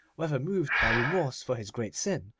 whether moved by remorse for his great sin,